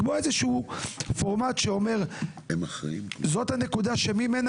צריך לקבוע איזשהו פורמט שמצביע על נקודה שממנה